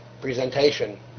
presentation